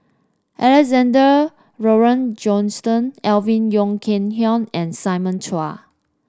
Alexander Laurie Johnston Alvin Yeo Khirn Hai and Simon Chua